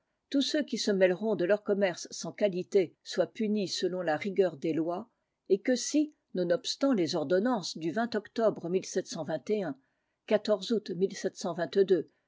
tous ceux qui se mêleront de leur commerce sans qualité soient punis suivant la rigueur des lois et que si nonobstant les ordonnances du octobre août